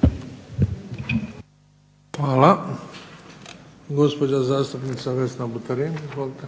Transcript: **Bebić, Luka (HDZ)** Hvala. Gospođa zastupnica Vesna Buterin. Izvolite.